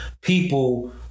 people